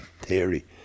theory